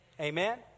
Amen